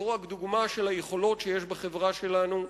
זו רק דוגמה ליכולות שיש בחברה שלנו.